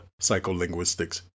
Psycholinguistics